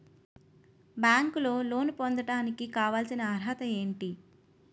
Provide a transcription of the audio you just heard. బ్యాంకులో లోన్ పొందడానికి కావాల్సిన అర్హత ఏంటి?